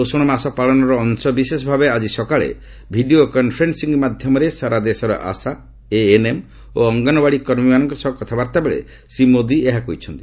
ପୋଷଣ ମାସ ପାଳନର ଅଂଶବିଶେଷ ଭାବେ ଆଜି ସକାଳେ ଭିଡ଼ିଓ କନ୍ଫରେନ୍ଦିଂ ମାଧ୍ୟମରେ ସାରା ଦେଶର ଆଶା ଏଏନ୍ଏମ୍ ଓ ଅଙ୍ଗନବାଡି କର୍ମୀମାନଙ୍କ ସହ କଥାବାର୍ତ୍ତା ବେଳେ ଶ୍ରୀ ମୋଦି ଏହା କହିଛନ୍ତି